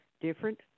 different